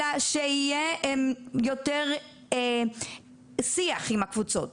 אלא שיהיה יותר שיח עם הקבוצות,